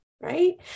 right